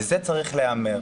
וזה צריך להיאמר.